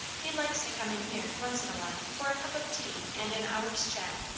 he likes to come in here, once in a while, for a cup of tea and an hour's chat.